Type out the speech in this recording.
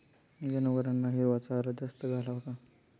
जनावरांना हिरवा चारा जास्त घालावा का?